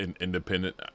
independent